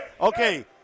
Okay